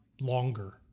longer